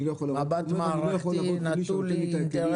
מבט מערכתי של מרכז המחקר והמידע נטול אינטרסים.